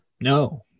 No